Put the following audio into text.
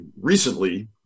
recently